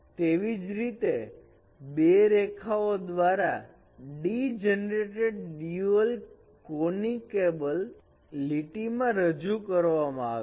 તેવી જ રીતે બે રેખાઓ દ્વારા ડીજનરેટેડ ડ્યુઅલ કોનિકેબલ લીટી માં રજૂ કરવામાં આવે છે